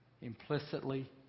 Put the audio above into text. implicitly